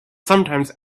sometimes